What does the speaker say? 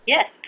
Yes